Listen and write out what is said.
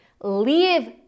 leave